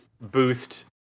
boost